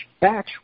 batch